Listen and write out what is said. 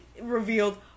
revealed